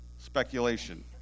speculation